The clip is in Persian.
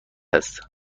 است